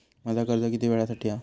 माझा कर्ज किती वेळासाठी हा?